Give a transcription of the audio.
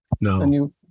No